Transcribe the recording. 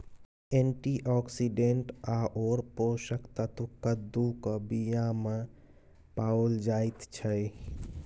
antioxidant आओर पोषक तत्व कद्दूक बीयामे पाओल जाइत छै